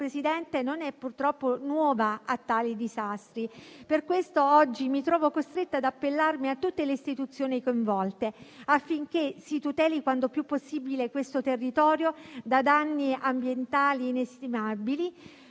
non sono purtroppo nuove a tali disastri. Per questo oggi mi trovo costretta ad appellarmi a tutte le istituzioni coinvolte, affinché si tuteli quando più possibile questo territorio da danni ambientali inestimabili